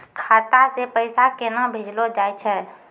खाता से पैसा केना भेजलो जाय छै?